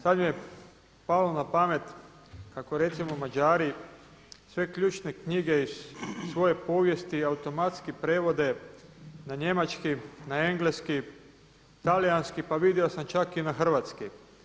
Sada mi je palo na pamet kako recimo Mađari sve ključne knjige iz svoje povijesti automatski prevode na njemački, engleski, talijanski pa vidio sam čak i na hrvatski.